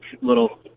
little